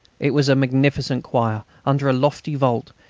it was a magnificent choir, under a lofty vault,